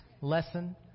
lesson